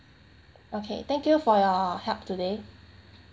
okay thank you for your help today